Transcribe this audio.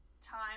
time